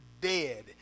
dead